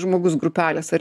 žmogus grupelės ar